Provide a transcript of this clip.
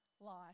life